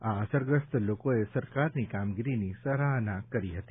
આ અસરગ્રસ્ત લોકોએ સરકાર ની કામગીરી ની સરાહના કરી હતી